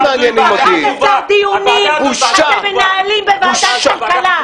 11 דיונים אתם מנהלים בוועדת כלכלה,